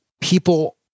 people